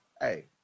Hey